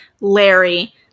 Larry